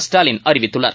ஸ்டாலின் அறிவித்துள்ளார்